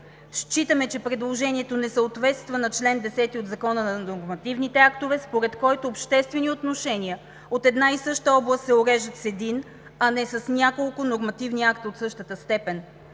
Считаме, че предложението не съответства на чл. 10 от Закона за нормативните актове, според който обществени отношения от една и съща област се уреждат с един, а не с няколко нормативни акта от същата степен.